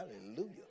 hallelujah